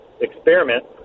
experiment